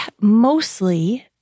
mostly